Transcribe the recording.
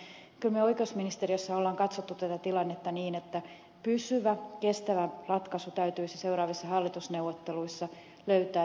mutta kyllä me oikeusministeriössä olemme katsoneet tätä tilannetta niin että pysyvä kestävä ratkaisu täytyisi seuraavissa hallitusneuvotteluissa löytää